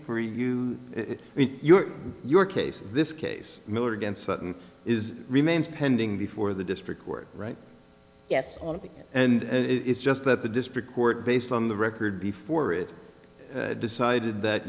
you you or your case this case miller against sutton is remains pending before the district court right yes and it's just that the district court based on the record before it decided that